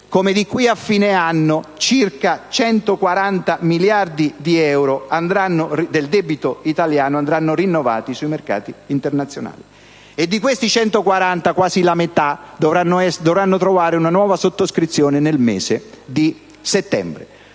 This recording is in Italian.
come di qui a fine anno circa 140 miliardi di euro del debito italiano andranno rinnovati sui mercati internazionali, e di questi quasi la metà dovranno trovare una nuova sottoscrizione nel mese di settembre.